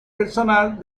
personal